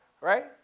Right